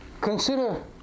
consider